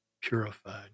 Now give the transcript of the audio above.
purified